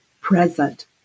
present